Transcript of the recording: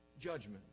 judgment